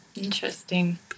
interesting